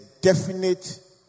definite